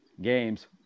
games